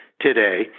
today